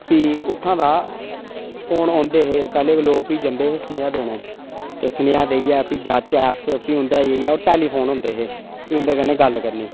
भी उत्थां दा फोन औंदे हे पैह्लें लोक भी जंदे हे सनेहा देने ई ते सनेहा देइयै भी जाहचै अस भी उंदै जेइयै ओह् टैलीफोन होंदे हे भी उंदे कन्नै गल्ल करनी